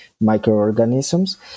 microorganisms